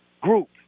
group